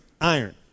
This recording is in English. iron